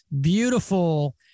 beautiful